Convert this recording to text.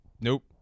Nope